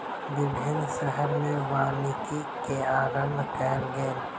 विभिन्न शहर में वानिकी के आरम्भ कयल गेल